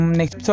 Next